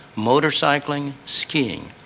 motorcycling, skiing.